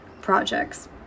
projects